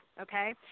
okay